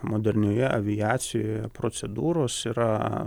modernioje aviacijoje procedūros yra